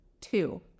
two